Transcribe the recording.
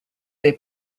they